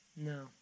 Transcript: No